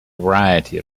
variety